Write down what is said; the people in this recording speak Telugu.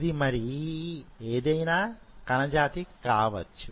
ఇది మరీ ఏదైనా కణ జాతి కావచ్చు